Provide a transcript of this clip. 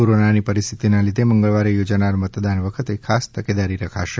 કોરોનાની પરિસ્થિતિના લીધે મંગળવારે યોજાનાર મતદાન વખતે ખાસ તકેદારી રખાશે